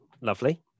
Lovely